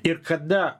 ir kada